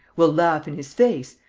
we'll laugh in his face.